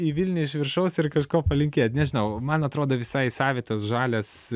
į vilnių iš viršaus ir kažko palinkėt nežinau man atrodo visai savitas žalias